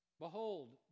Behold